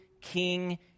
King